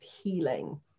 healing